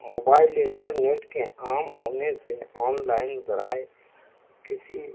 mobile internet کے عام ہونے سے آنلائن ذرائع کسی